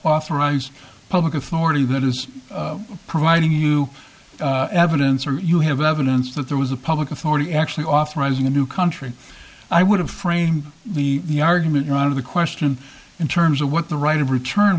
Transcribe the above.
authorized public authority that is providing you evidence or you have evidence that there was a public authority actually authorizing a new country i would have framed the argument you're out of the question in terms of what the right of return